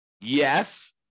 Yes